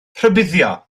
rhybuddio